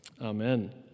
Amen